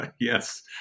Yes